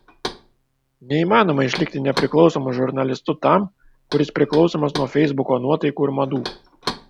neįmanoma išlikti nepriklausomu žurnalistu tam kuris priklausomas nuo feisbuko nuotaikų ir madų